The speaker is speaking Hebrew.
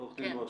עו"ד גרוס,